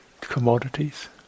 commodities